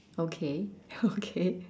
okay okay